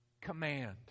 command